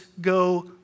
go